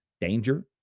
danger